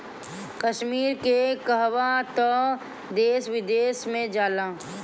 कश्मीर के कहवा तअ देश विदेश में जाला